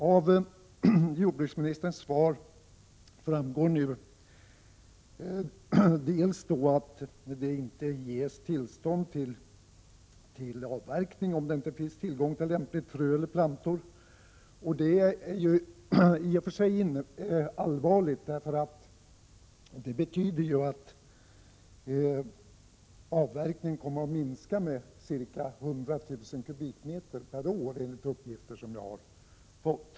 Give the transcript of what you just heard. Av jordbruksministerns svar framgår nu att det inte ges tillstånd till avverkning om det inte finns tillgång till lämpligt frö eller lämpliga plantor. Det är i och för sig allvarligt, eftersom det betyder att avverkningen kommer att minska med ca 100 000 m? per år, enligt uppgifter jag har fått.